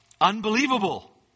unbelievable